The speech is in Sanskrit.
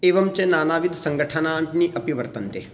एवञ्च नानाविधसङ्घटनानि अपि वर्तन्ते